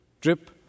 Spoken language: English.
drip